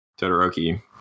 Todoroki